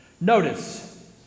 Notice